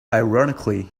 ironically